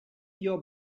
your